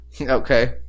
Okay